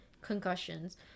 concussions